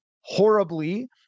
horribly